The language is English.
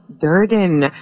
Durden